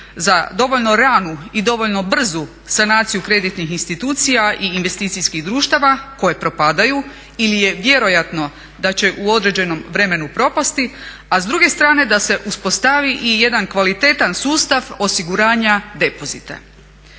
za dovoljno ranu i dovoljno brzu sanaciju kreditnih institucija i investicijskih društava koja propadaju ili je vjerojatno da će u određenom vremenu propasti, a s druge strane da se uspostavi i jedan kvalitetan sustav osiguranja depozita.